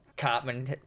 Cartman